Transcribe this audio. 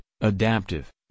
adaptive